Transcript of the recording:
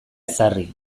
ezarri